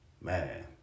Man